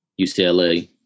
UCLA